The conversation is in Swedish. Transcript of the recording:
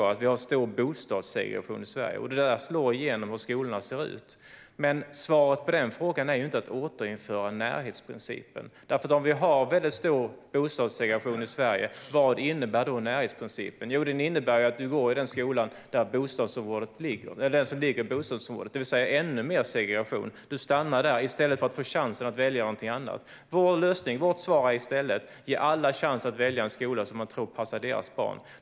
Jag tror att vi alla är jobbigt medvetna om det. Den slår igenom i hur skolorna ser ut, men svaret på den frågan är ju inte att återinföra närhetsprincipen. Om vi har en väldigt stor bostadssegregation i Sverige, vad innebär då närhetsprincipen? Jo, den innebär att du går i den skola som ligger i ditt bostadsområde. Det blir alltså ännu mer segregation. Du stannar där i stället för att få chansen att välja någonting annat. Vår lösning och vårt svar är i stället: Ge alla chans att välja en skola som de tror passar deras barn.